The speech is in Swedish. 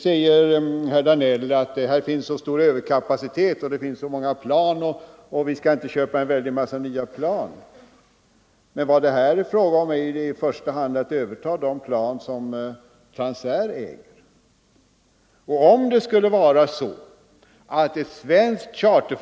Herr Danell säger vidare att överkapaciteten är stor, att det finns så många plan och att vi inte skall köpa en massa nya plan. Men här är 33 det i första hand fråga om att överta de plan som Transair äger.